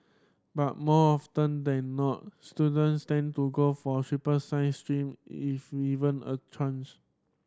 but more often than not students tend to go for triple science stream if even a chance